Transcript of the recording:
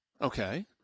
Okay